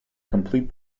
complete